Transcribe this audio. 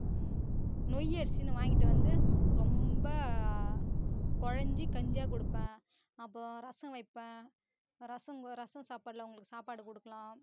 நொய் அரிசின்னு வாங்கிட்டு வந்து ரொம்ப குழஞ்சு கஞ்சியாக கொடுப்பேன் அப்புறம் ரசம் வைப்பேன் ரசங் ரசம் சாப்பாடில் அவர்களுக்கு சாப்பாடு கொடுக்கலாம்